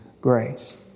grace